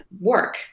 work